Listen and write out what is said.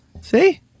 See